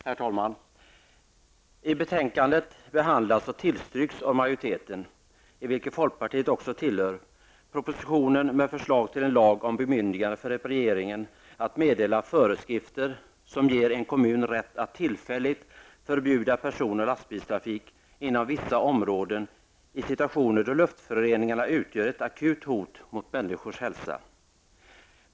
Herr talman! I betänkandet behandlas och tillstyrks av majoriteten, i vilken folkpartiet ingår, en proposition med förslag till en lag om bemyndigande för regeringen att meddela föreskrifter som ger en kommun rätt att tillfälligt förbjuda person och lastbilstrafik inom vissa områden i situationer då luftföroreningarna utgör ett akut hot mot människors hälsa.